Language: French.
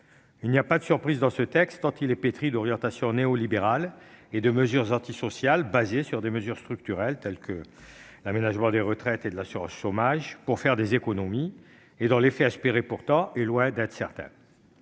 Il n'y a pas de surprises dans ce texte, tant il est pétri d'orientations néolibérales et de mesures antisociales basées sur des réformes structurelles, telles que l'aménagement des retraites et de l'assurance chômage, et prises pour faire des économies, alors même que l'effet que vous en espérez est loin d'être certain.